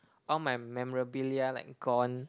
all my memorabilia like gone